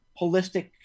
holistic